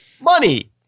money